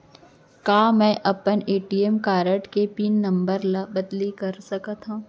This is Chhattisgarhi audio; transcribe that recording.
का मैं अपन ए.टी.एम कारड के पिन नम्बर ल बदली कर सकथव?